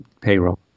payroll